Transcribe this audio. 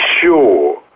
sure